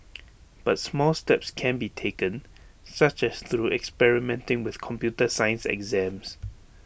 but small steps can be taken such as through experimenting with computer science exams